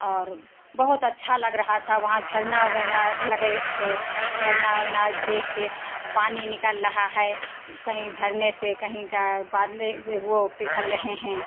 और बहुत अच्छा लग रहा था वहां झरना वगैरह लगे थे झरना उरना देख के पानी निकल लहा है कहीं झरने से कहीं बादले वे वो पिघल रहे हैं